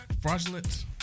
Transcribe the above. fraudulent